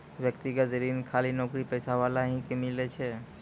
व्यक्तिगत ऋण खाली नौकरीपेशा वाला ही के मिलै छै?